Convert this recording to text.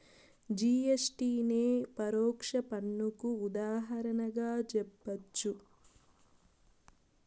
GST నే పరోక్ష పన్నుకు ఉదాహరణగా జెప్పచ్చు